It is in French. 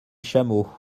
chameau